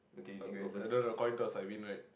okay I don't know coil girls I win right